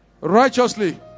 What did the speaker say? righteously